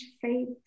faith